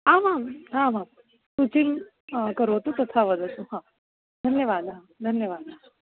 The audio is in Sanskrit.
आमाम् आमां सूचीं करोतु तथा वदतु हा धन्यवादः धन्यवादः